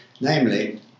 namely